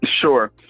Sure